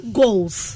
goals